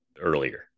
earlier